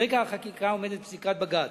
ברקע החקיקה עומדת פסיקת בג"ץ,